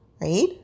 right